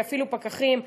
ואפילו פקחים.